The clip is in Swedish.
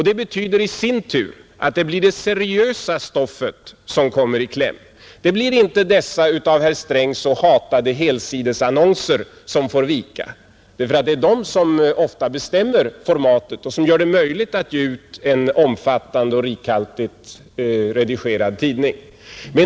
Det betyder i sin tur att det blir det seriösa stoffet som kommer i kläm. Det blir inte dessa av herr Sträng så hatade helsidesannonser som får vika, ty det är de som bestämmer formatet och som gör det möjligt att ge ut en omfattande och rikhaltigt redigerad tidning.